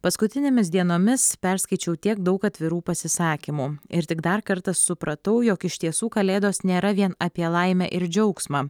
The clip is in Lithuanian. paskutinėmis dienomis perskaičiau tiek daug atvirų pasisakymų ir tik dar kartą supratau jog iš tiesų kalėdos nėra vien apie laimę ir džiaugsmą